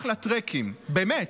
אחלה טרקים, באמת.